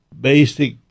basic